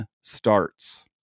starts